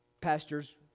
Pastors